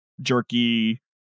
jerky